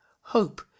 hope